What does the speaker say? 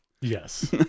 Yes